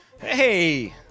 Hey